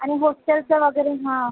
आनि होस्टेलचं वगैरे हां